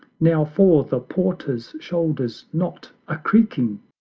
now for the porter's shoulders' knot a-creaking!